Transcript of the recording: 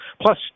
plus